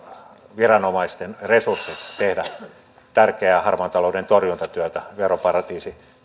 viranomaisten resurssit tehdä tärkeää harmaan talouden torjuntatyötä veroparatiisien